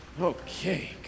Okay